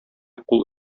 кул